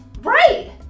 Right